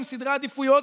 עם סדרי עדיפויות,